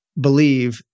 believe